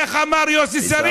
איך אמר יוסי שריד?